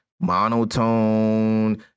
monotone